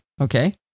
Okay